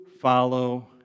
follow